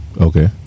Okay